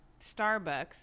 Starbucks